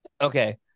Okay